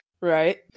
Right